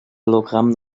hologramm